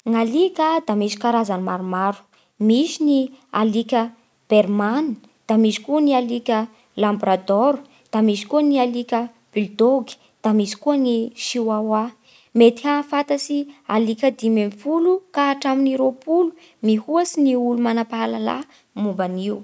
Gny alika da misy karazany maromaro. Misy ny alika bermana, da misy koa ny alika lambradôro, da misy koa ny alika bildôgy, da misy koa ny sioaoa. Mety hahafantatsy alika dimy ambin'ny folo ka hatramin'ny roapolo mihoatsy ny olo manam-pahalalà momba an'io.